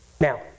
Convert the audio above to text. Now